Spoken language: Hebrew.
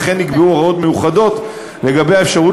וכן נקבעו הוראות מיוחדות לגבי האפשרות